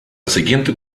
siguiente